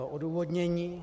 Odůvodnění.